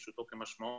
פשוטו כמשמעו,